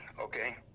okay